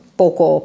poco